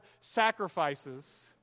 sacrifices